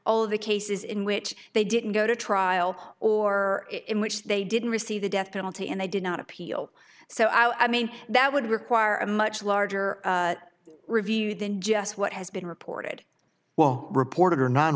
the cases in which they didn't go to trial or in which they didn't receive the death penalty and they did not appeal so i mean that would require a much larger review than just what has been reported well reported or no